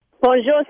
Bonjour